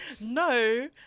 no